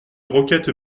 roquette